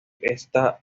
esta